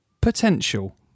Potential